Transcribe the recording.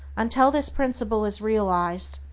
until this principle is realized,